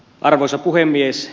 arvoisa puhemies